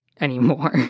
anymore